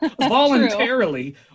voluntarily